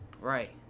Right